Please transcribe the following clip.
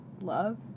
Love